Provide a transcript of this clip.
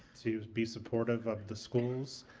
to be supportive of the schools